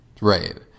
Right